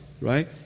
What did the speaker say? right